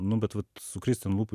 nu bet vat su kristen lūpu